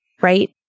right